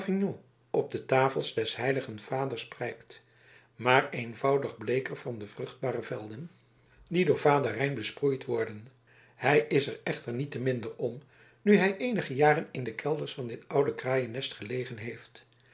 op de tafel des heiligen vaders prijkt maar eenvoudig bleeker van de vruchtbare velden die door vader rijn besproeid worden hij is er echter niet te minder om nu hij eenige jaren in de kelders van dit oude kraaiennest gelegen heeft